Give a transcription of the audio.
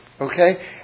Okay